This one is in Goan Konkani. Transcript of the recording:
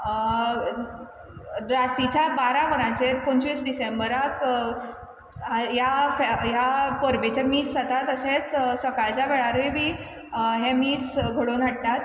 रातीच्या बारा वरांचेर पोंचवीस डिसेंबराक ह्या ह्या परबेचें मीस जाता तशेंच सकाळच्या वेळारूय बी हें मीस घडोवन हाडटात